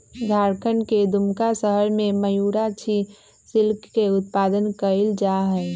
झारखंड के दुमका शहर में मयूराक्षी सिल्क के उत्पादन कइल जाहई